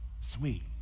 sweet